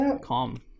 calm